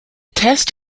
test